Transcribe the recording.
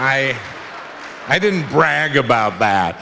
i i didn't brag about ba